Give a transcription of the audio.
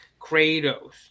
kratos